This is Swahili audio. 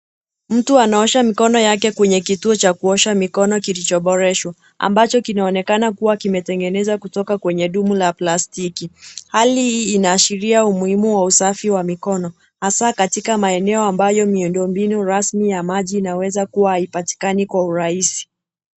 Mtu anaosha mikono yake kwenye kituo cha kuosha mikono kilichoboreshwa, ambacho kinaonekana kimetengenezwa kutoka kwenye dumu la plastiki. Hali hii inaashiria umuhimu wa usafi wa mikono hasa katika maeneo ambayo miundombinu rasmi ya maji inaweza kuwa haipatikani kwa urahisi.